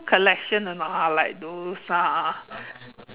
collection or not ah like those uh